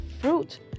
fruit